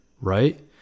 right